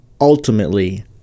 ultimately